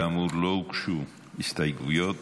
כאמור, לא הוגשו הסתייגויות